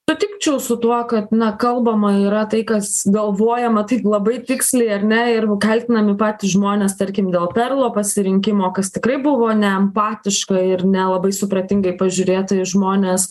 sutikčiau su tuo kad na kalbama yra tai kas galvojama taip labai tiksliai ar ne ir kaltinami patys žmonės tarkim dėl perlo pasirinkimo kas tikrai buvo neempatiška ir nelabai supratingai pažiūrėta į žmones